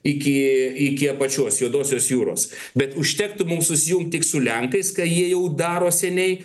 iki iki apačios juodosios jūros bet užtektų mum susijungt tik su lenkais ką jie jau daro seniai